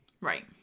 Right